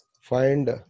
find